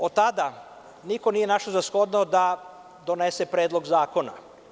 Od tada niko nije našao za shodno da donese predlog zakona.